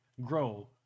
grow